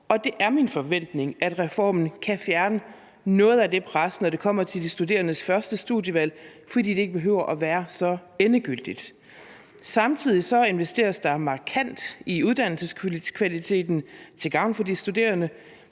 Og det er min forventning, at reformen kan fjerne noget af det pres, når det kommer til de studerendes første studievalg, fordi det ikke behøver at være så endegyldigt. Samtidig investeres der markant i uddannelseskvaliteten til gavn for de studerende.